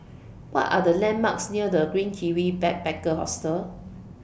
What Are The landmarks near The Green Kiwi Backpacker Hostel